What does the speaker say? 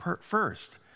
first